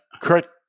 Kurt